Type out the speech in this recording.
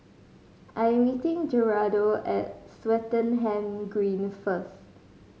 I'm meeting Gerardo at Swettenham Green first